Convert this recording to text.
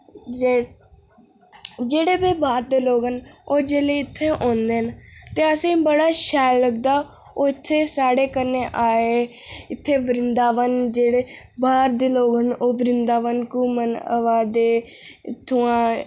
जे जेह्ड़े बी बाह्र दे लोक न ओह् जेल्लै इत्थै औंदे न ते असें बड़ा शैल लगदा ओह् इत्थै साढ़े कन्नै आए इत्थै वृन्दावन जेह्ड़े बाह्र दे लोक न ओह् वृन्दावन घुम्मन आवा दे इत्थुआं